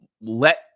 let